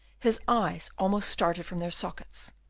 his eyes almost started from their sockets,